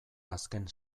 azken